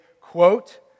quote